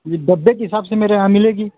ये डब्बे के हिसाब से मेरे यहाँ मिलेगी